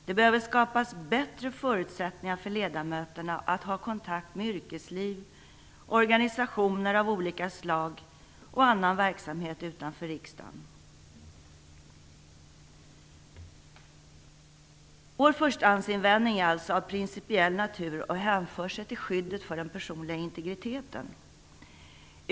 Det behöver skapas bättre förutsättningar för ledamöterna att ha kontakt med yrkesliv, organisationer av olika slag och annan verksamhet utanför riksdagen. Vår förstahandsinvändning är alltså av principiell natur och hänför sig till skyddet för den personliga integriteten.